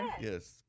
yes